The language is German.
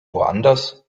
woanders